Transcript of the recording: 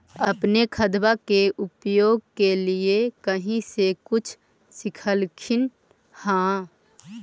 अपने खादबा के उपयोग के लीये कही से कुछ सिखलखिन हाँ?